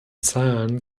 zahlen